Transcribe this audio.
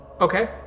Okay